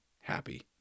happy